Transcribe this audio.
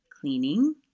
cleaning